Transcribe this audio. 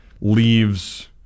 leaves